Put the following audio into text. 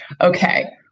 Okay